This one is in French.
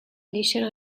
l’échelle